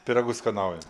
pyragus skanauja